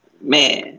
man